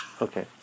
Okay